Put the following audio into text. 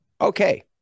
okay